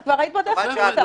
חבל, את כבר היית בדרך החוצה.